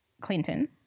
Clinton